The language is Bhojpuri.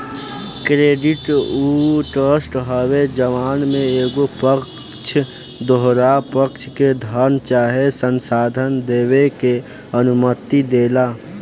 क्रेडिट उ ट्रस्ट हवे जवना में एगो पक्ष दोसरा पक्ष के धन चाहे संसाधन देबे के अनुमति देला